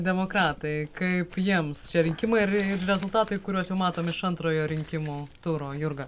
demokratai kaip jiems šie rinkimai ir ir rezultatai kuriuos jau matom iš antrojo rinkimų turo jurga